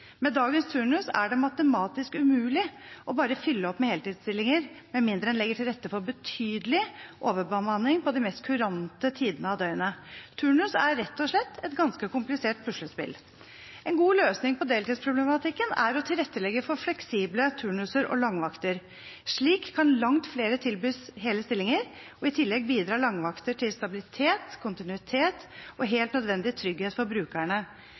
Med dagens turnus er det matematisk umulig bare å fylle opp med heltidsstillinger med mindre en legger til rette for betydelig overbemanning på de mest kurante tidene av døgnet. Turnus er rett og slett et ganske komplisert puslespill. En god løsning på deltidsproblematikken er å tilrettelegge for fleksible turnuser og langvakter. Slik kan langt flere tilbys hele stillinger. I tillegg bidrar langvakter til stabilitet, kontinuitet og helt nødvendig trygghet for brukerne.